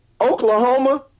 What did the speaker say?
Oklahoma